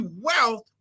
wealth